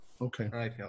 Okay